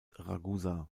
ragusa